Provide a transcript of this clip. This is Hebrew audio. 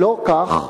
שלא כך,